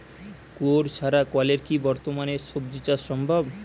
কুয়োর ছাড়া কলের কি বর্তমানে শ্বজিচাষ সম্ভব?